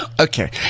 Okay